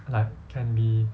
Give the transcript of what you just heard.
like can be